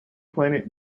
planet